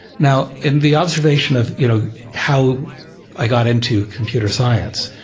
now, in the observation of you know how i got into computer science,